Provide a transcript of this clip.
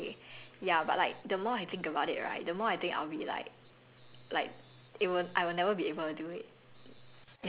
like I've been living in that area my entire life so it should be okay ya but like the more I think about it right the more I think I'll be like